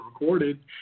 recorded